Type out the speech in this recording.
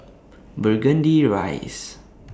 Burgundy Rise